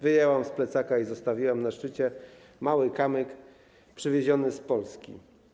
Wyjęłam z plecaka i zostawiłam na szczycie mały kamyk przywieziony z Polski.